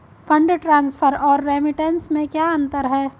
Fund transfer और remittance में क्या अंतर है?